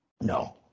No